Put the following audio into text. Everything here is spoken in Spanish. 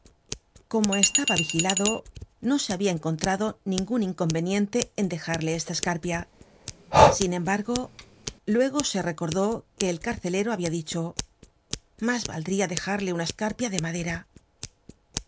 como estaba vigilado no se habia encontrado ningun inconveniente en dejarle esta escarpia sin embargo luego se recordó que el carcelero habia dicho mas valdría dejarle una escarpia de madera